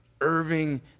Irving